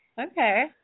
Okay